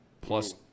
plus